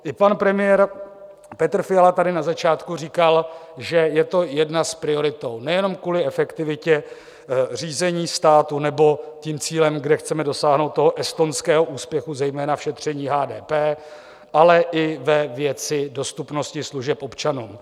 I pan premiér Petr Fiala tady na začátku říkal, že je to jedna z priorit nejenom kvůli efektivitě řízení státu, nebo tím cílem, kde chceme dosáhnout estonského úspěchu zejména v šetření HDP, ale i ve věci dostupnosti služeb občanům.